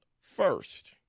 first